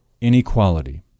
inequality